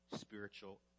spiritual